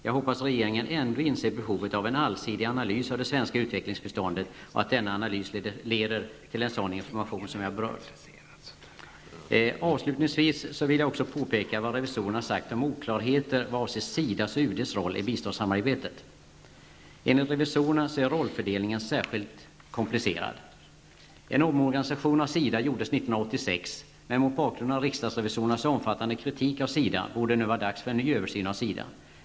Jag hoppas att regeringen ändå inser behovet av en allsidig analys av det svenska utvecklingsbiståndet och att denna analys leder till en sådan information som jag berört. Avslutningsvis vill jag också påpeka vad revisorerna sagt om oklarheter vad avser SIDAs och UDs roll i biståndsarbetet. Enligt revisorerna är rollfördelningen särskilt komplicerad. En omorganisation av SIDA gjordes 1986, men mot bakgrund av riksdagsrevisorernas omfattande kritik av SIDA borde det nu vara dags för en ny översyn.